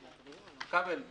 כבל,